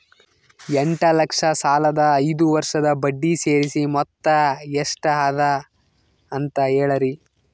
ಎಂಟ ಲಕ್ಷ ಸಾಲದ ಐದು ವರ್ಷದ ಬಡ್ಡಿ ಸೇರಿಸಿ ಮೊತ್ತ ಎಷ್ಟ ಅದ ಅಂತ ಹೇಳರಿ?